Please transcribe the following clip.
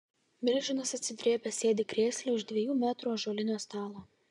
milžinas atsidrėbęs sėdi krėsle už dviejų metrų ąžuolinio stalo